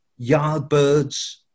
Yardbirds